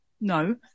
no